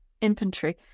infantry